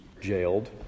jailed